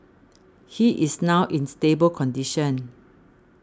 he is now in stable condition